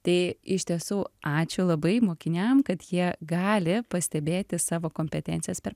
tai iš tiesų ačiū labai mokiniam kad jie gali pastebėti savo kompetencijas per